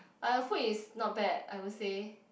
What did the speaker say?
but the food is not bad I would say